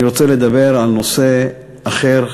אני רוצה לדבר על נושא אחר,